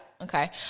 okay